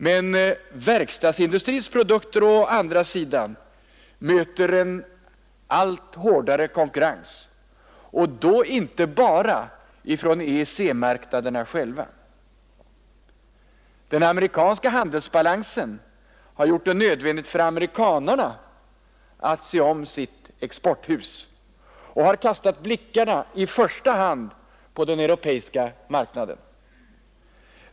Men verkstadsindustrins produkter möter å andra sidan en allt hårdare konkurrens, och då inte bara ifrån EEC-marknaderna själva. Den amerikanska handelsbalansen har gjort det nödvändigt för amerikanerna att se om sitt exporthus, och de har kastat blickarna i första hand på den europeiska marknaden.